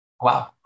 Wow